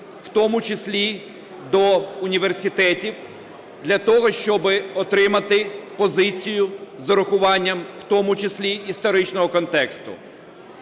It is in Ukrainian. в тому числі до університетів, для того, щоб отримати позицію з урахуванням в тому числі історичного контексту.